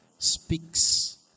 speaks